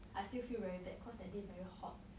I still feel very bad cause that day very hot